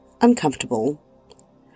uncomfortable